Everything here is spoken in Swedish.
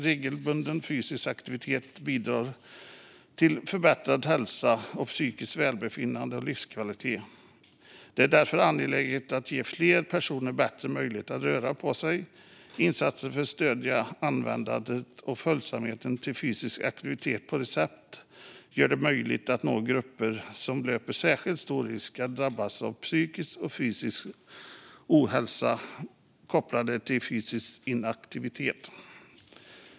Regelbunden fysisk aktivitet bidrar till förbättrad hälsa, psykiskt välbefinnande och livskvalitet. Det är därför angeläget att ge fler personer bättre möjligheter att röra på sig. Insatser för att stödja användandet av och följsamheten till fysisk aktivitet på recept gör det möjligt att nå grupper som löper särskilt stor risk att drabbas av psykisk och fysisk ohälsa kopplade till fysisk inaktivitet.